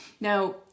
Now